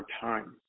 time